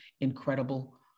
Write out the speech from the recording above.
incredible